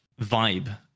vibe